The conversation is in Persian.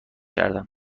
کردم